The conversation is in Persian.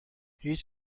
هیچ